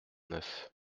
neuf